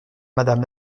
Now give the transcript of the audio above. madame